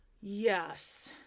Yes